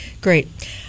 great